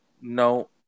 No